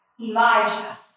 Elijah